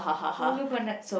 ulu Pandan